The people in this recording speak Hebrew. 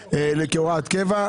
שיהיה כהוראת קבע,